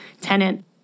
tenant